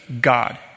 God